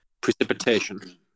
Precipitation